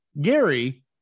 Gary